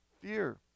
fear